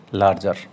larger